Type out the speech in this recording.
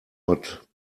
not